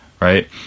right